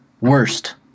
worst